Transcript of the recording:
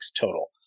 total